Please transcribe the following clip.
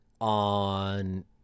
on